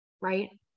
right